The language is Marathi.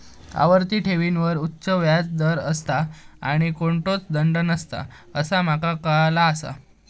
आवर्ती ठेवींवर उच्च व्याज दर असता आणि कोणतोच दंड नसता असा माका काळाला आसा